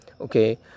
Okay